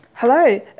Hello